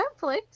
netflix